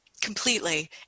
completely